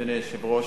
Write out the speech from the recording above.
אדוני היושב-ראש,